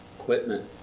equipment